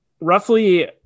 roughly